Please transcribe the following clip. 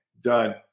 done